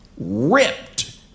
ripped